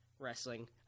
Wrestling